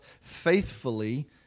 faithfully